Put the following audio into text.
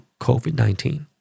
COVID-19